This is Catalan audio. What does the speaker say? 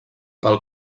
pel